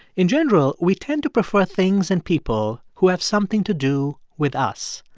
in general, we tend to prefer things and people who have something to do with us.